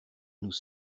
nous